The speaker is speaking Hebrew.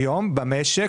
היום במשק,